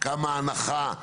כמה הנחה,